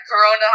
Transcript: Corona